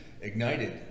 ignited